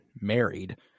married